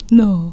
no